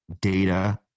data